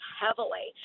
heavily